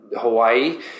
Hawaii